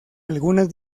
algunas